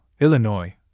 Illinois